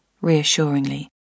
reassuringly